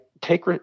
take